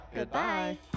Goodbye